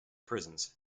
prisons